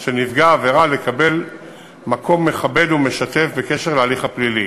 של נפגע עבירה לקבל מקום מכבד ומשתף בקשר להליך הפלילי.